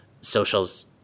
socials